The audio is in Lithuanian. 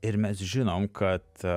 ir mes žinom kad